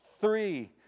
Three